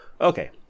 Okay